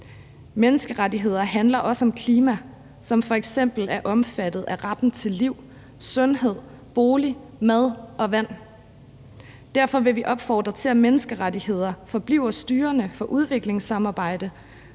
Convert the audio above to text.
Menneskerettigheder handler også om klima, og de omfatter f.eks. retten til liv, sundhed, bolig, mad og vand. Derfor vil vi opfordre til, at menneskerettighederne forbliver styrende for udviklingssamarbejdet,